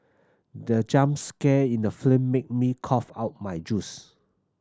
the jump scare in the film made me cough out my juice